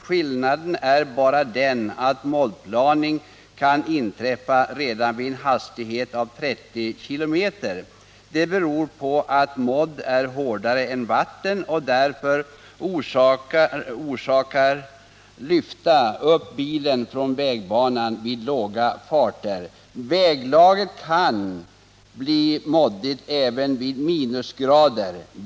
Skillnaden är bara den att moddplaning kan inträffa redan vid en hastighet av 30 km/tim. Det beror på att modd är hårdare än vatten och därför orkar lyfta upp bilen från vägbanan vid låga farter. Väglaget kan bli moddigt även vid minusgrader.